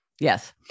Yes